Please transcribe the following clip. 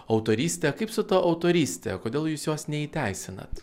autorystę kaip su ta autoryste kodėl jūs jos neįteisinat